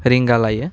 रिंगा लायो